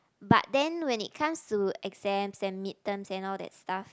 but then when it comes to exam and midterms and all that stuff